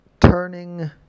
turning